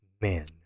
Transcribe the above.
men